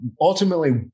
ultimately